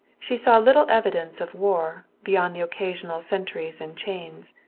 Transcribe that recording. she saw little evidence of war, beyond the occasional sentries and chains.